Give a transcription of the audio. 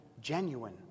genuine